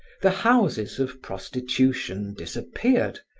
the houses of prostitution disappeared,